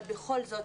אבל בכל זאת,